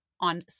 on